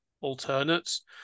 alternates